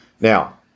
now